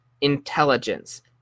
intelligence